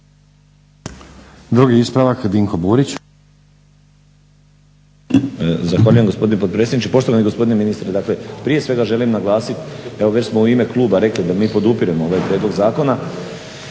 Drugi ispravak, Dinko Burić.